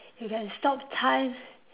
you can stop time